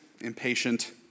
impatient